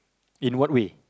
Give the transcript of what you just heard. in what way